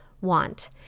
want